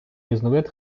різновид